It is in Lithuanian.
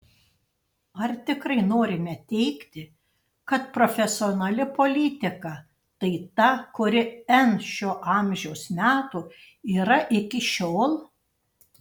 ar tikrai norime teigti kad profesionali politika tai ta kuri n šio amžiaus metų yra iki šiol